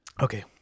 Okay